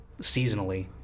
seasonally